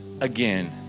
again